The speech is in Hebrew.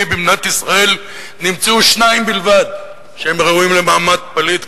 במדינת ישראל נמצאו שניים בלבד שראויים למעמד פליט,